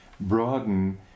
broaden